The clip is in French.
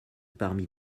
parmi